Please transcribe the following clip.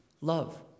love